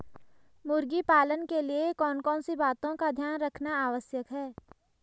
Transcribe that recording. मुर्गी पालन के लिए कौन कौन सी बातों का ध्यान रखना आवश्यक है?